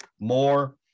more